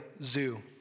Zoo